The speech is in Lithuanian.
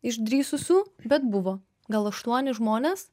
išdrįsusių bet buvo gal aštuoni žmonės